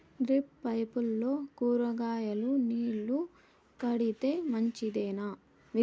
Drip పైపుల్లో కూరగాయలు నీళ్లు కడితే మంచిదేనా?